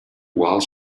while